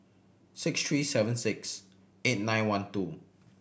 six three seven six eight nine one two